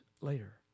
later